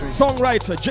songwriter